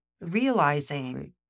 realizing